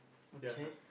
ya